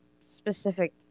specific